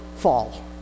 fall